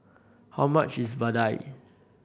how much is vadai